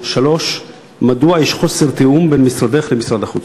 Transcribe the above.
3. מדוע יש חוסר תיאום בין משרדך למשרד החוץ?